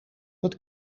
het